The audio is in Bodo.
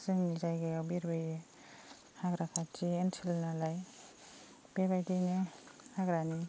जोंनि जायगायाव बिरबोयो हाग्रा खाथि ओनसोल नालाय बेबायदिनो हाग्रानि